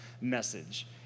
message